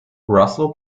russell